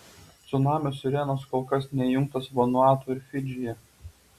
cunamio sirenos kol kas neįjungtos vanuatu ir fidžyje